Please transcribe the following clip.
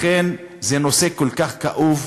לכן, זה נושא כל כך כאוב.